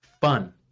fun